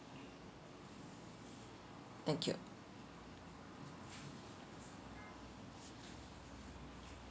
thank you